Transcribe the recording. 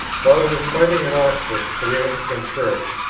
while i was fighting in oxford for the anglican church,